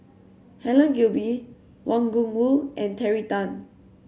Helen Gilbey Wang Gungwu and Terry Tan